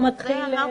אנחנו יוצאים לדרך